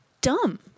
dumb